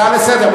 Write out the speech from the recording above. כהצעה לסדר-היום.